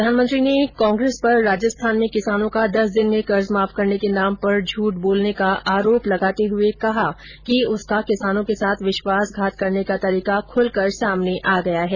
प्रधानमंत्री ने कांग्रेस पर राजस्थान में किसानों का दस दिन में कर्ज माफ करने के नाम पर झूठ बोलने का आरोप लगाते हुए कहा है कि उसका किसानों के साथ विश्वासघात करने का तरीका खुलकर सामने आ गया है